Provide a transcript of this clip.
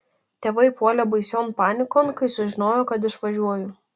tėvai puolė baision panikon kai sužinojo kad išvažiuoju